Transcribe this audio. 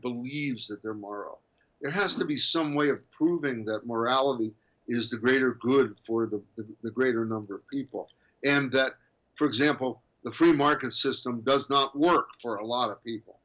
believes that there are more there has to be some way of proving that morality is the greater good for the greater number of people and that for example the free market system does not work for a lot of people